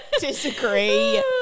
disagree